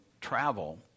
travel